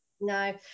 no